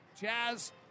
Jazz